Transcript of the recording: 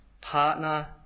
partner